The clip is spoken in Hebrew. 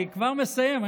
אני כבר מסיים.